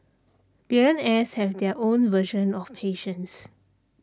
billionaires have their own version of patience